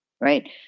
right